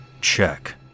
check